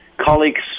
colleagues